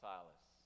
Silas